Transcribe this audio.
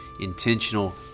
intentional